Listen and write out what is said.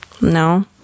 No